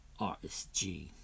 RSG